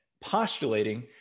postulating